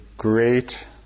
great